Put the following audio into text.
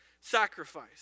Sacrifice